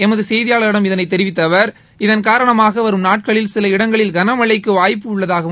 எமது செய்தியாளரிடம் இதனை தெிவித்த அவர் இதன் காரணமாக வரும் நாட்களில் சில இடங்களில் கனமழைக்கு வாய்ப்பு உள்ளதாகவும் கூறினார்